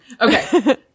Okay